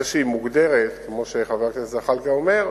זה שהיא מוגדרת, כמו שחבר הכנסת זחאלקה אומר,